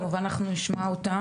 אנחנו כמובן נשמע פה גם אותם,